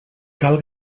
cal